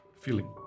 feeling